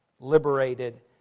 liberated